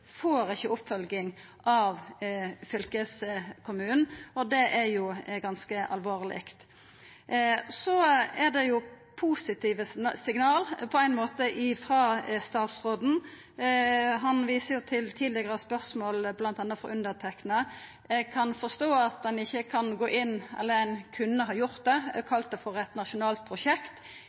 ikkje får oppfølging av fylkeskommunen, og det er ganske alvorleg. Det er på ein måte positive signal frå statsråden. Han viser til tidlegare spørsmål, bl.a. frå underteikna. Eg kan forstå at han ikkje kan gå inn – eller ein kunne ha gjort det, kalla det eit nasjonalt prosjekt,